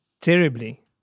terribly